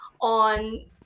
on